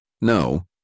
No